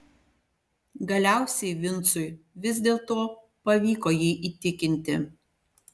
galiausiai vincui vis dėlto pavyko jį įtikinti